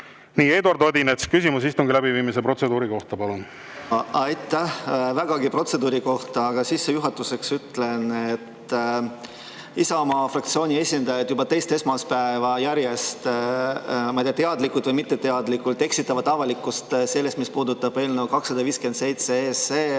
Nii! Eduard Odinets, küsimus istungi läbiviimise protseduuri kohta, palun! Aitäh! Vägagi protseduuri kohta. Aga sissejuhatuseks ütlen, et Isamaa fraktsiooni esindajad juba teist esmaspäeva järjest kas teadlikult või mitteteadlikult eksitavad avalikkust selles, mis puudutab eelnõu 257